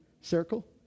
circle